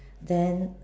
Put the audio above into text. then